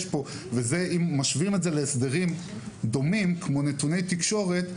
אם משווים את זה להסדרים דומים כמו נתוני תקשורת,